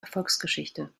erfolgsgeschichte